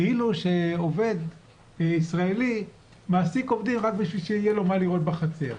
כאילו שעובד ישראלי מעסיק עובדים רק בשביל שיהיה לו מה לראות בחצר.